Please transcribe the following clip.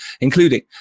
including